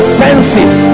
senses